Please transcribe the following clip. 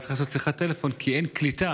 צריך לעשות שיחת טלפון כי אין קליטה.